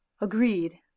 Agreed